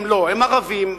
לא, הם ערבים.